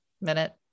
minute